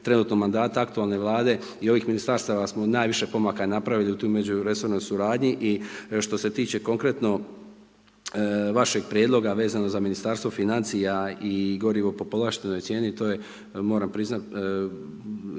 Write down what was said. trenutno mandata aktualne Vlade i ovih Ministarstava smo najviše pomaka napravili…/Govornik se ne razumije/…suradnji. I što se tiče konkretno vašeg prijedloga vezano za Ministarstvo financija i gorivo po povlaštenoj cijeni, to je, moram priznati,